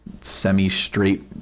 semi-straight